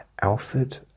Alfred